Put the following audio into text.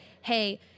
hey